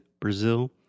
Brazil